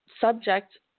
subject